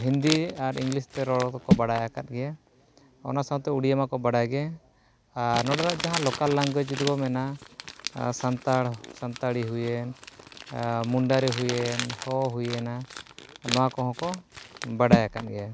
ᱦᱤᱱᱫᱤ ᱟᱨ ᱤᱝᱞᱤᱥ ᱛᱮ ᱨᱚᱲ ᱫᱚᱠᱚ ᱵᱟᱲᱟᱭ ᱟᱠᱟᱫ ᱜᱮᱭᱟ ᱚᱱᱟ ᱥᱟᱶᱛᱮ ᱩᱲᱤᱭᱟ ᱢᱟᱠᱚ ᱵᱟᱲᱟᱭᱜᱮ ᱟᱨ ᱱᱚᱸᱰᱮᱱᱟᱜ ᱡᱟᱦᱟᱸ ᱞᱳᱠᱟᱞ ᱞᱮᱝᱜᱩᱭᱮᱡᱽ ᱡᱩᱫᱤ ᱵᱚᱱ ᱢᱮᱱᱟ ᱥᱟᱱᱛᱟᱲ ᱥᱟᱱᱛᱟᱲᱤ ᱦᱩᱭᱮᱱ ᱟᱨ ᱢᱩᱱᱰᱟᱹᱨᱤ ᱦᱩᱭᱮᱱ ᱦᱳ ᱦᱩᱭᱮᱱᱟ ᱱᱚᱣᱟ ᱠᱚᱦᱚᱸ ᱠᱚ ᱵᱟᱰᱟᱭ ᱟᱠᱟᱫ ᱜᱮᱭᱟ